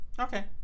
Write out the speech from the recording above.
Okay